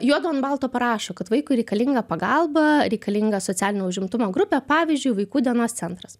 juodu an balto parašo kad vaikui reikalinga pagalba reikalinga socialinio užimtumo grupė pavyzdžiui vaikų dienos centras